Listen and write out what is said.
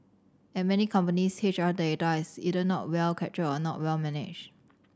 at many companies H R data is either not well captured or not well managed